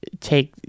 take